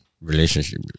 Relationship